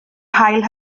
hail